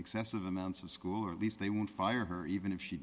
excessive amounts of school or at least they won't fire her even if she